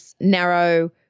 narrow